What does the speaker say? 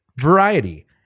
Variety